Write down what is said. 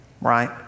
right